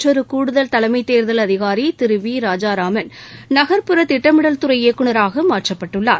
மற்றொரு கூடுதல் தலைமைத் தேர்தல் அதிகாரி திரு வி ராஜாராமன் நகர்ப்புற திட்டமிடல் துறை இயக்குனராக மாற்றப்பட்டுள்ளார்